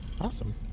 Awesome